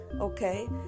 Okay